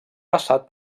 passat